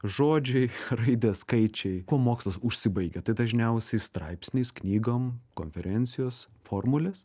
žodžiai raidės skaičiai kuo mokslas užsibaigia tai dažniausiai straipsniais knygom konferencijos formulės